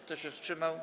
Kto się wstrzymał?